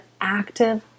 active